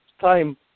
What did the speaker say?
time